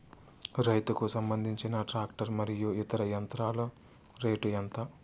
రైతుకు సంబంధించిన టాక్టర్ మరియు ఇతర యంత్రాల రేటు ఎంత?